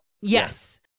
Yes